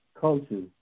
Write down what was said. cultures